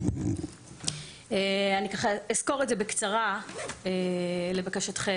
אני אסקור את זה בקצרה לבקשתכם.